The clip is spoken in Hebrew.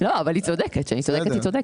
צודקת.